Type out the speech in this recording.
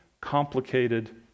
complicated